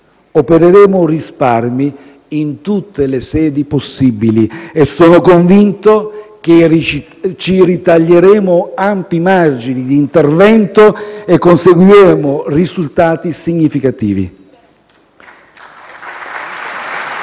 Opereremo risparmi in tutte le sedi possibili e sono convinto che ci ritaglieremo ampi margini di intervento e conseguiremo risultati significativi.